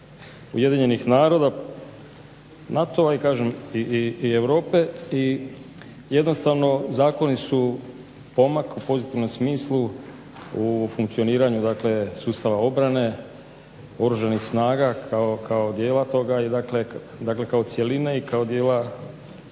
okriljem UN-a, NATO-a i Europe jednostavno zakoni su pomak u pozitivnom smislu u funkcioniranju sustava obrane Oružanih snaga kao dijela toga i kao cjeline i kao dijela